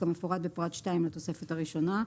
כמפורט בפרט (2) לתוספת הראשונה.